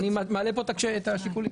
אני מעלה את השיקולים.